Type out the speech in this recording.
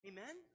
Amen